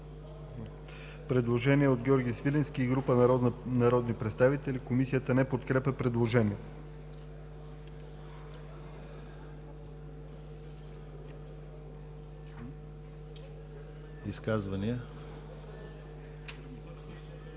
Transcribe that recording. Предложение от Георги Свиленски и група народни представители. Комисията не приема предложението.